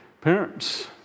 parents